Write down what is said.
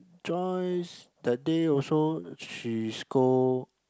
Joyce that day also she scold